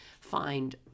find